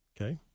Okay